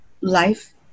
life